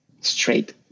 straight